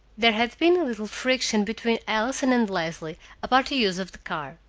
there had been a little friction between allison and leslie about the use of the car.